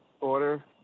Order